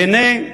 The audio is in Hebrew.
והנה,